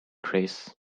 grace